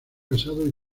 casado